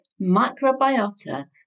Microbiota